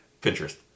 Pinterest